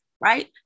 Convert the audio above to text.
right